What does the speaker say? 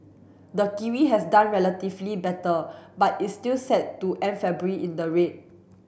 the kiwi has done relatively better but is still set to end February in the red